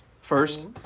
First